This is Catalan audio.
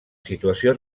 situació